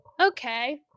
Okay